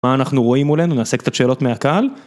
מה אנחנו רואים אולי ננסה קצת שאלות מהקהל.